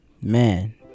Man